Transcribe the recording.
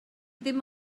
ddim